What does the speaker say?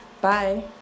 bye